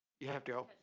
you have to go?